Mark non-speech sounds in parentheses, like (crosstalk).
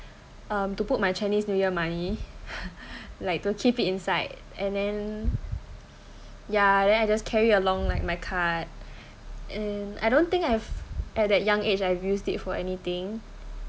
um to put my chinese new year money (laughs) like to keep it inside and then ya then I just carry along like my card and I don't think I've at that young age I've used it for anything